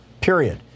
period